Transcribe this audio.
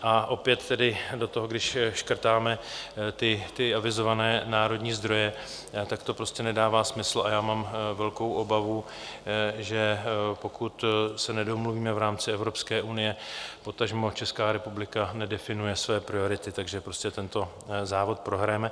A opět tedy do toho, když škrtáme avizované národní zdroje, tak to prostě nedává smysl a já mám velkou obavu, že pokud se nedomluvíme v rámci Evropské unie, potažmo Česká republika nedefinuje své priority, tak že prostě tento závod prohrajeme.